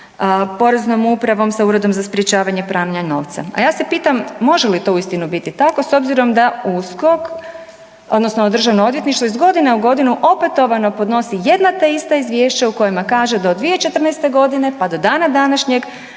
sa Poreznom upravom, sa Uredom za sprječavanje pranja novca. a ja se pitam može li to uistinu biti tako s obzirom da USKOK odnosno Državno odvjetništvo iz godine u godinu opetovano podnosi jedna te ista izvješća u kojima kaže da od 2014. godine pa do dana današnjeg